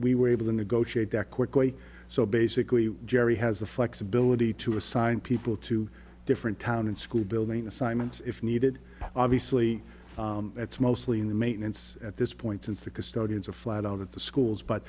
we were able to negotiate that quickly so basically jerry has the flexibility to assign people to different town and school building assignments if needed obviously it's mostly in the maintenance at this point since the custodians of flat out of the schools but